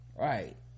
right